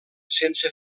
sense